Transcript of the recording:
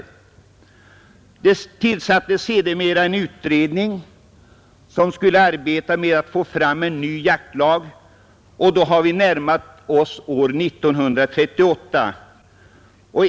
Sedermera tillsattes en utredning, som skulle arbeta med att få fram en ny jaktlag, och då har vi närmat oss år 1938.